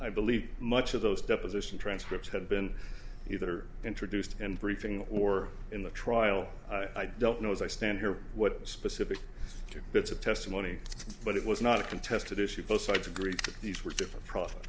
i believe much of those deposition transcripts had been either introduced in briefing or in the trial i don't know as i stand here what specific two bits of testimony but it was not a contested issue both sides agreed these were different pro